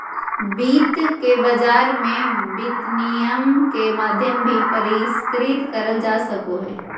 वित्त के बाजार मे विनिमय के माध्यम भी परिष्कृत करल जा सको हय